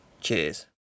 cheers